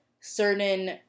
certain